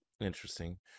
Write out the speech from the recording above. Interesting